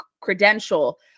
credential